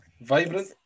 vibrant